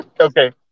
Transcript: Okay